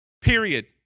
Period